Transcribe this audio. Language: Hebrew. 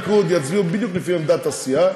חברי סיעת הליכוד יצביעו בדיוק לפי עמדת הסיעה,